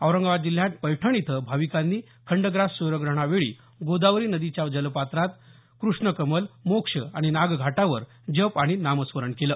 औरंगाबाद जिल्ह्यात पैठण इथं भाविकांनी खंडग्रास स्र्यग्रहणावेळी गोदावरी नदीच्या जलपात्रात कृष्णकमल मोक्ष आणि नागघाटावर जप आणि नामस्मरण केलं